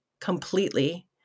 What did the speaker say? completely